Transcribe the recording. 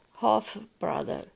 half-brother